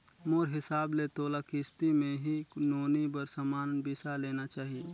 मोर हिसाब ले तोला किस्ती मे ही नोनी बर समान बिसा लेना चाही